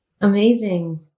Amazing